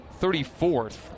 34th